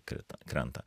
krito krenta